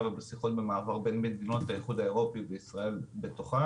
ובשיחות במעבר בין מדינות האיחוד האירופי וישראל בתוכן.